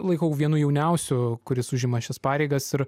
laikau vienu jauniausių kuris užima šias pareigas ir